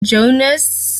jonas